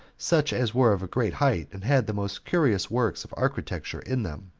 such as were of a great height, and had the most curious works of architecture in them,